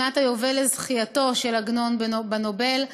שנת היובל לזכייתו של עגנון בנובל,